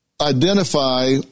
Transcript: identify